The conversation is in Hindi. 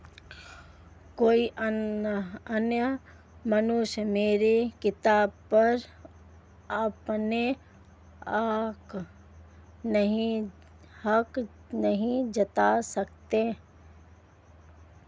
कोई अन्य मनुष्य मेरी किताब पर अपना हक नहीं जता सकता